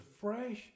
fresh